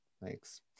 Thanks